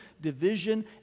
division